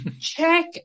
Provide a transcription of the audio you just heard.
Check